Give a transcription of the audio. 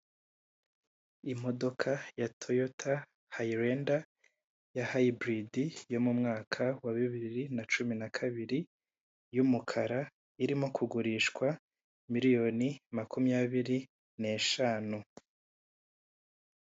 Imodoka ya Toyota, Hayilenda, ha Hayiburidi, yo mu mwaka wa bibiri na cumi na kabiri, y'umukara irimo kugurishwa muliyoni makumyabiri n'eshanu.